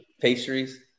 pastries